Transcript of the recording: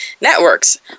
networks